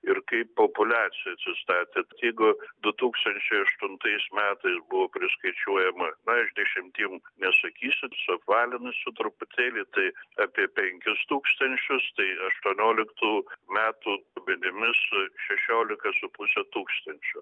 ir kaip populiacija atsistatė tai jeigu du tūkstančiai aštuntais metais buvo priskaičiuojama na aš dešimtim nesakysiu suapvalinsiu truputėlį tai apie penkis tūkstančius tai aštuonioliktų metų duomenimis su šešiolika su puse tūkstančio